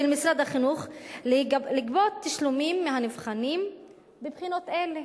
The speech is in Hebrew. של משרד החינוך לגבות תשלומים מהנבחנים בבחינות אלה.